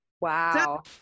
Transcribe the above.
Wow